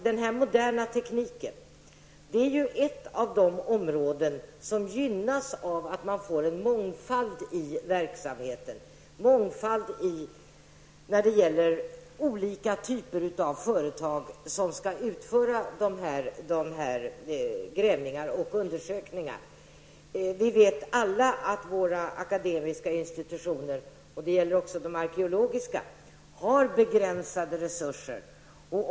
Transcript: Denna moderna teknik är en av de saker som gynnas av en mångfald i verksamheten och att det finns olika typer av företag som genomför dessa grävningar och undersökningar. Vi vet alla att våra akademiska institutioner, och det gäller också de arkeologiska, har begränsade resurser.